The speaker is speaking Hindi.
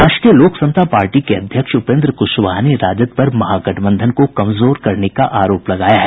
राष्ट्रीय लोक समता पार्टी अध्यक्ष उपेन्द्र कुशवाहा ने राजद पर महागठबंधन को कमजोर करने का आरोप लगाया है